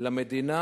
למדינה